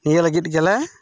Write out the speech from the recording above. ᱱᱤᱭᱟᱹ ᱞᱟᱹᱜᱤᱫ ᱜᱮᱞᱮ